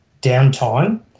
downtime